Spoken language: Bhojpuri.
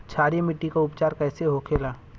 क्षारीय मिट्टी का उपचार कैसे होखे ला?